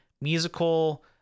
musical